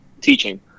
teaching